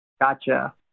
Gotcha